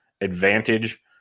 advantage